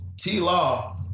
T-Law